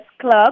Club